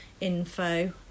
info